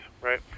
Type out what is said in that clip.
right